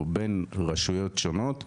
או בין רשויות שונות,